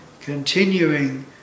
continuing